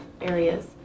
areas